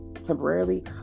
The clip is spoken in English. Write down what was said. temporarily